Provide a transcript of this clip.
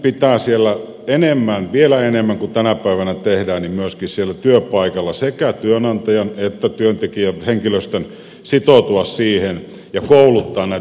siinä pitää enemmän vielä enemmän kuin tänä päivänä tehdään myöskin siellä työpaikalla sekä työantajan että työntekijän henkilöstön sitoutua siihen ja kouluttaa näitä työpaikkaohjaajia